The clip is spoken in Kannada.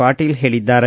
ಪಾಟೀಲ ಹೇಳಿದ್ದಾರೆ